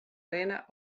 rinne